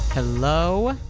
hello